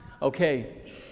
Okay